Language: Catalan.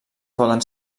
poden